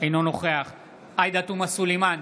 אינו נוכח עאידה תומא סלימאן,